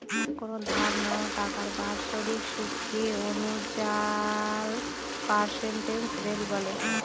কোনো ধার নেওয়া টাকার বাৎসরিক সুদকে আনুয়াল পার্সেন্টেজ রেট বলে